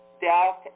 death